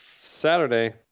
Saturday